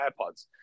AirPods